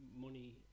money